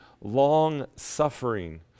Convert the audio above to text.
long-suffering